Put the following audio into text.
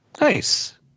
nice